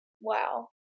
Wow